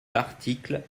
l’article